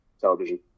television